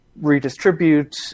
redistribute